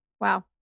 Wow